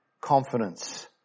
confidence